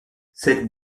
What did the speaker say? cette